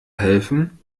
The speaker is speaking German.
helfen